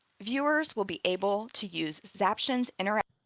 viewers will be able to use zaption's interactive.